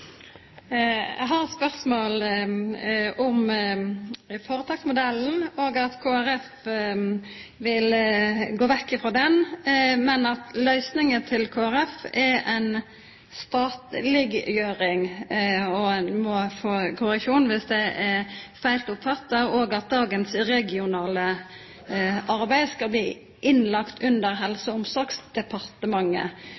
Eg har eit spørsmål om føretaksmodellen, at Kristeleg Folkeparti vil gå vekk frå han, men at løysinga til Kristeleg Folkeparti er ei statleggjering – no må eg få korreksjon dersom eg har oppfatta feil – og at dagens regionale arbeid skal bli lagt inn under